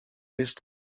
jest